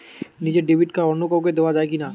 নিজের debit card অন্য কাউকে দেওয়া যায় কি না?